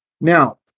Now